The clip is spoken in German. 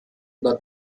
oder